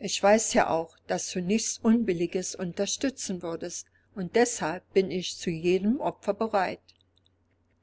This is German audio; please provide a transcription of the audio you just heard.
ich weiß ja auch daß du nichts unbilliges unterstützen würdest und deshalb bin ich zu jedem opfer bereit